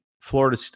Florida